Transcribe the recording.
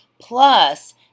plus